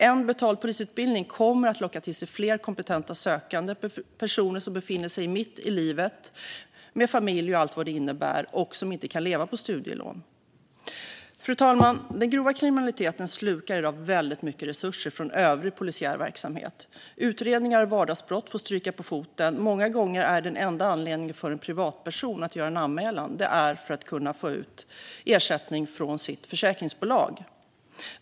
En betald polisutbildning kommer att locka till sig fler kompetenta sökande, personer som befinner sig mitt i livet med familj och allt vad det innebär och som inte kan leva på studielån. Fru talman! Den grova kriminaliteten slukar i dag väldigt mycket resurser från övrig polisiär verksamhet. Utredningar av vardagsbrott får stryka på foten. Många gånger är den enda anledningen för en privatperson att göra en anmälan att kunna få ut ersättning från sitt försäkringsbolag.